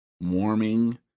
warming